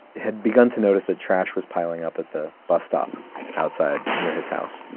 had begun to notice that trash was piling up at the bus stop outside near his house.